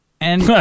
and-